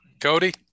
Cody